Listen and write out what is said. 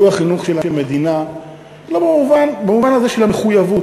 כי הוא החינוך של המדינה במובן הזה של המחויבות,